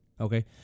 okay